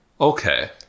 Okay